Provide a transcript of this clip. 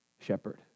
shepherd